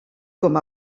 com